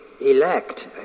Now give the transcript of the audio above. elect